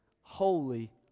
holy